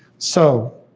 so,